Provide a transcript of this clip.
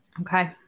Okay